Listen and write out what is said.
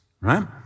right